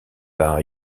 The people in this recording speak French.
par